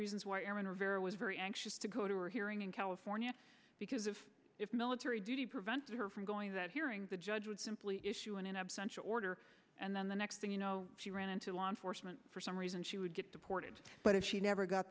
vera was very anxious to go to or hearing in california because of its military duty prevent her from going that hearing the judge would simply issue an in absentia order and then the next thing you know she ran into law enforcement for some reason she would get deported but if she never got